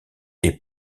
est